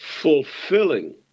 fulfilling